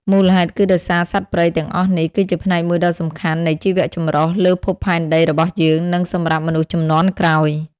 មូលហេតុគឺដោយសារសត្វព្រៃទាំងអស់នេះ គឺជាផ្នែកមួយដ៏សំខាន់នៃជីវចម្រុះលើភពផែនដីរបស់យើង និងសម្រាប់មនុស្សជំនាន់ក្រោយ។